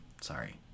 sorry